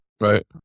Right